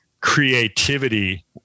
creativity